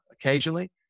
Occasionally